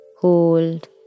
Hold